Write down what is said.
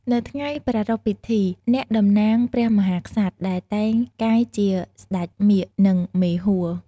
នៅថ្ងៃប្រារព្ធពិធី អ្នកតំណាងព្រះមហាក្សត្រ ដែលតែងកាយជា "ស្ដេចមាឃ" និង "មេហួរ"។